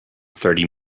thirty